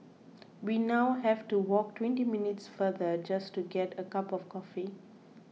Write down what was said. we now have to walk twenty minutes farther just to get a cup of coffee